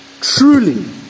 truly